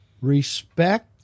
respect